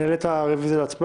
אני מעלה את הרביזיה להצבעה.